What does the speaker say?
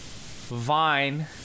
Vine